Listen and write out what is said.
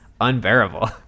unbearable